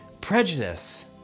prejudice